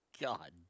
God